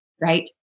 right